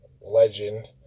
legend